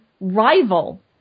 rival